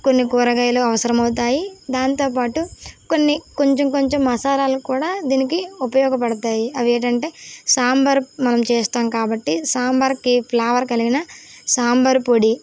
కొన్ని కూరగాయలు అవసరం అవుతాయి దాంతోపాటు కొన్ని కొంచెం కొంచెం మసాలాలు కూడా దీనికి ఉపయోగపడతాయి అవి ఏంటంటే సాంబార్ మనం చేస్తాము కాబట్టి సాంబారుకి ఫ్లేవర్ కలిగిన సాంబార్ పొడి